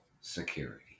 security